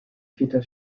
vierter